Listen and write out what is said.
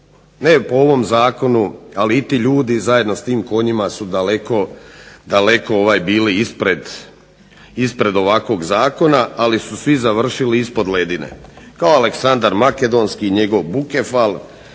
ne po ovom Zakonu ali i ti ljudi zajedno sa tim konjima su daleko, daleko bili ispred ovakvog zakona ali su svi završili ispod ledine kao Aleksandar Makedonski i njegov Bukefal,